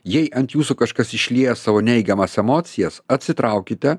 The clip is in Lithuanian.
jei ant jūsų kažkas išlieja savo neigiamas emocijas atsitraukite